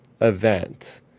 event